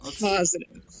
positive